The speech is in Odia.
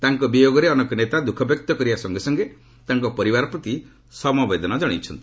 ତାଙ୍କ ବିୟୋଗରେ ଅନେକ ନେତା ଦ୍ରଃଖବ୍ୟକ୍ତ କରିବା ସଙ୍ଗେ ସଙ୍ଗେ ତାଙ୍କ ପରିବାର ପ୍ରତି ସମବେଦନା ଜଣାଇଛନ୍ତି